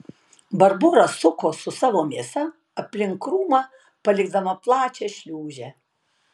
barbora suko su savo mėsa aplink krūmą palikdama plačią šliūžę